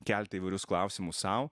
kelti įvairius klausimus sau